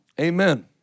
Amen